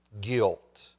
guilt